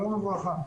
שלום וברכה.